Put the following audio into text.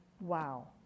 Wow